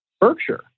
Berkshire